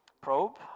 probe